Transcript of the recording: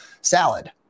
salad